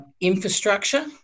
infrastructure